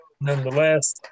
nonetheless